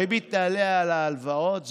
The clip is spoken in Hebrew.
הריבית על ההלוואות תעלה,